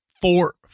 four